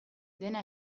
dena